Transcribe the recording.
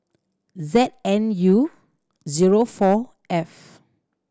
Z N U zero four F